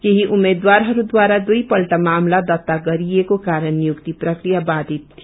केही उम्मेद्वारहरूद्वारा दुई पल्ट मामिला दर्त्ता गरिएको कारण नियुक्ति प्रक्रिया बाधित थियो